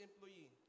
employee